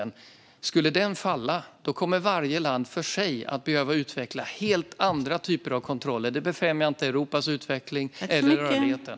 Om den skulle falla kommer varje land för sig att behöva utveckla helt andra typer av kontroller. Det befrämjar inte Europas utveckling eller rörligheten.